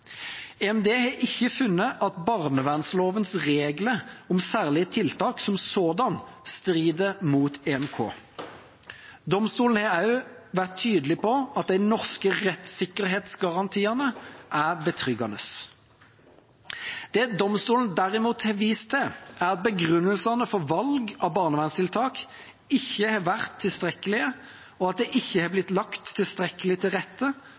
EMD har ikke funnet at barnevernlovens regler om særlige tiltak som sådanne strider mot EMK. Domstolen har også vært tydelig på at de norske rettssikkerhetsgarantiene er betryggende. Det domstolen derimot har vist til, er at begrunnelsene for valg av barnevernstiltak ikke har vært tilstrekkelige, og at det ikke har blitt lagt tilstrekkelig til rette